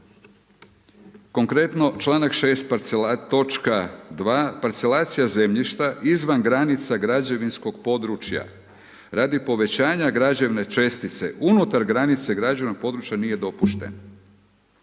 Konkretno članak 6., točka 2. parcelacija zemljišta izvan granica građevinskog područja radi povećanja građevne čestice unutar granice građevnog područja nije dopušten.